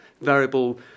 variable